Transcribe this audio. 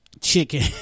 chicken